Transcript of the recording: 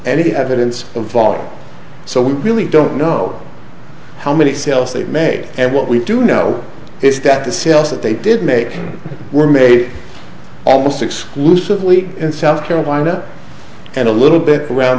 any evidence of volatile so we really don't know how many sales they made and what we do know is that the sales that they did make were made almost exclusively in south carolina and a little bit around